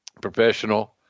professional